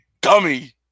dummy